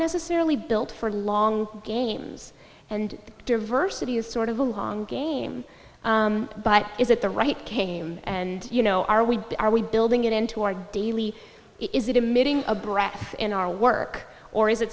necessarily built for long games and diversity is sort of a long game but is it the right came and you know are we are we building it into our daily is it emitting a brat in our work or is it